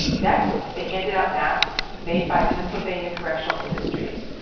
next, they handed out masks made by pennsylvania correctional industries.